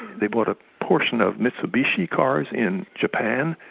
they bought a portion of mitsubishi cars in japan,